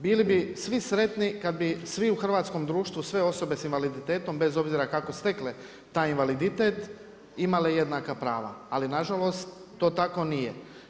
Bili bi svi sretni kada bi svi u hrvatskom društvu sve osobe s invaliditetom bez obzira kako stekle taj invaliditet imali jednaka prava, ali nažalost to tako nije.